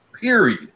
period